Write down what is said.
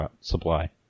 supply